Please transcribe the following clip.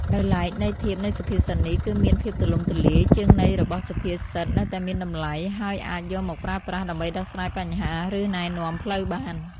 ដោយឡែក ន័យធៀបនៃសុភាសិតនេះ គឺមានភាពទូលំទូលាយជាងនៃរបស់សុភាសិតនៅតែមានតម្លៃ ហើយអាចយកមកប្រើប្រាស់ដើម្បីដោះស្រាយបញ្ហា ឬណែនាំផ្លូវបាន។